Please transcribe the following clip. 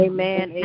Amen